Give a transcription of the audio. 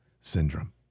syndrome